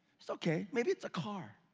so okay, maybe it's a car.